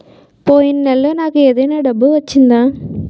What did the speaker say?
పోయిన నెలలో నాకు ఏదైనా డబ్బు వచ్చిందా?